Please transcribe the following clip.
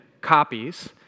copies